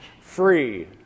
Free